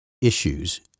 issues